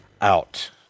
out